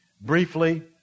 Briefly